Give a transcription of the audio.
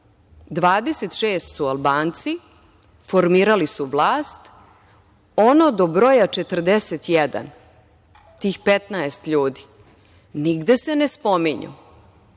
26 su Albanci, formirali su vlast, ono do broja 41, tih 15 ljudi, nigde se ne spominju.